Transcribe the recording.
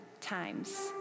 times